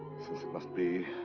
since it must be. i